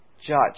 judge